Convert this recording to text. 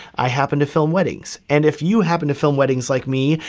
i happen to film weddings. and if you happen to film weddings like me,